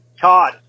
Todd